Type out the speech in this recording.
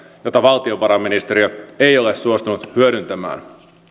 jota valtiovarainministeriö ei ole suostunut hyödyntämään